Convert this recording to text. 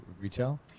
retail